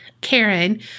Karen